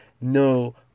no